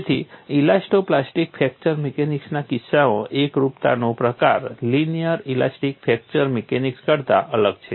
તેથી elasto plastic fracture મિકેનિક્સના કિસ્સામાં એકરૂપતાનો પ્રકાર લિનિયર ઇલાસ્ટિક ફ્રેક્ચર મિકેનિક્સ કરતા અલગ છે